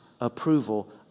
approval